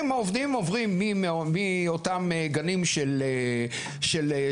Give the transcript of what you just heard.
העובדים עוברים מאותם גנים של 3-6,